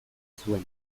zuen